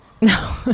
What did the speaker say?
No